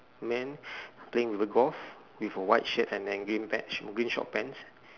man playing with a golf with a white shirt and an green patch green short pants